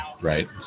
right